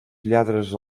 lladres